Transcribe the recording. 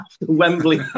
Wembley